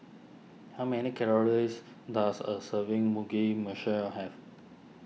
how many calories does a serving Mugi Meshi have